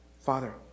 Father